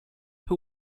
who